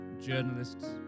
journalists